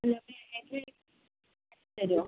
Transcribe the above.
വേറെ എണ്ണ തരുമോ